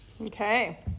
okay